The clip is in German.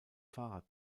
fahrrad